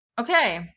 Okay